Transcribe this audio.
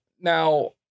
now